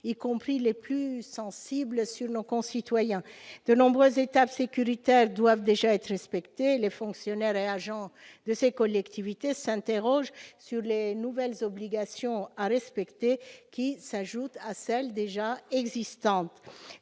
y compris les plus sensibles sur nos concitoyens. De nombreuses étapes sécuritaires doivent déjà être respectées, et les fonctionnaires et agents de ces collectivités s'interrogent sur les nouvelles obligations à respecter, qui s'ajoutent à celles déjà existantes.